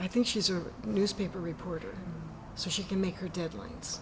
i think she's a newspaper reporter so she can make her deadlines